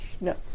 no